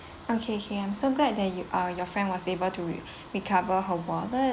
okay K I am so glad that you uh your friend was able to re~ recover her wallet